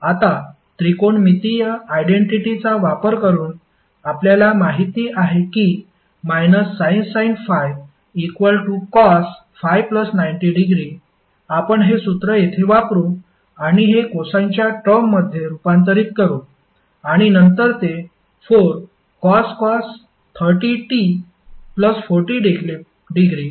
आता त्रिकोणमितीय आयडेंटिटी चा वापर करून आपल्याला माहिती आहे की sin ∅ cos∅90° आपण हे सूत्र येथे वापरू आणि हे कोसाइनच्या टर्ममध्ये रुपांतरित करू आणि नंतर ते 4cos 30t40°90° होईल